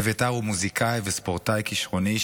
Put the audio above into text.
אביתר הוא מוזיקאי וספורטאי כישרוני,